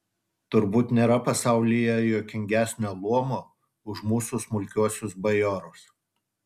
turbūt nėra pasaulyje juokingesnio luomo už mūsų smulkiuosius bajorus